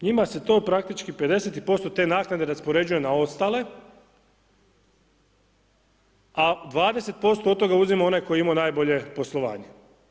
Njima se to praktički 50% te naknade raspoređuje na ostale, a 20% od toga uzima onaj tko je imao najbolje poslovanje.